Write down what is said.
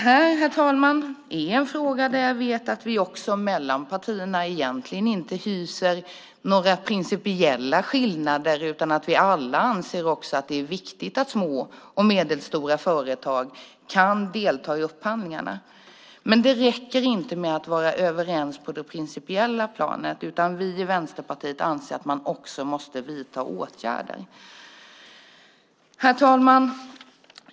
Herr talman! Detta är en fråga där jag vet att vi egentligen inte har några principiella skillnader mellan partierna. Vi anser alla att det är viktigt att små och medelstora företag kan delta i upphandlingarna. Men det räcker inte med att vara överens på det principiella planet. Vi i Vänsterpartiet anser att man också måste vidta åtgärder. Herr talman!